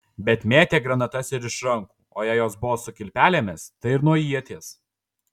bet mėtė granatas ir iš rankų o jei jos buvo su kilpelėmis tai ir nuo ieties